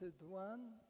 one